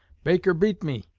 baker beat me,